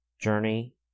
journey